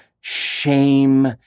shame